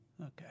Okay